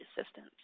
assistance